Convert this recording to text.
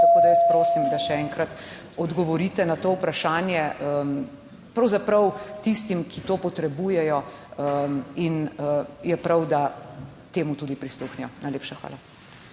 Tako da jaz prosim, da še enkrat odgovorite na to vprašanje. Pravzaprav tistim, ki to potrebujejo in je prav, da temu tudi prisluhnejo. Najlepša hvala.